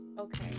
Okay